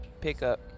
pickup